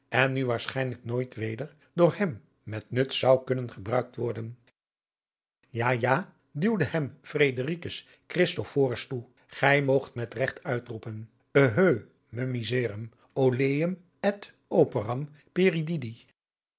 en nu waarschijnlijk nooit weder door hem met nut zou kunnen gebruikt worden ja ja duwde hem fredericus christophorus toe gij moogt met regt uitroepen eheu me